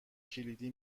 کلیدی